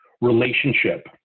relationship